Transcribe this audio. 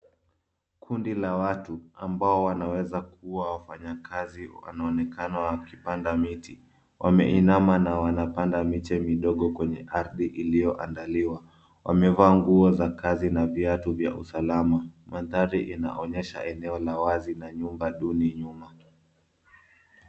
Kundi la watu ambao wanaweza kuwa wanfanyakazi wanaonekana wakipanda miti. Wameinama na wanapanda miche midogo kwenye ardhi iliyoandaliwa. Wamevaa nguo za kazi na viatu za usalama. Mandhari inaonyesha eneo la wazi na nyumba duni nyuma.